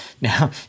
Now